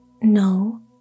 No